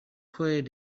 called